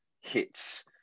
hits